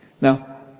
Now